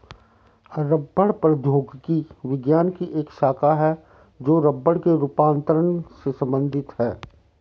रबड़ प्रौद्योगिकी विज्ञान की एक शाखा है जो रबड़ के रूपांतरण से संबंधित है